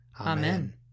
Amen